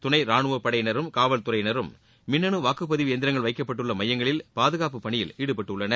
துணை ரானுவப்படையினரும் காவல்துறையினரும் மின்னனு வாக்கு எந்திரங்கள் வைக்கப்பட்டுள்ள மையங்களில் பாதுகாப்புப் பணியில் ஈடுபட்டுள்ளனர்